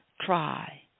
try